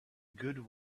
good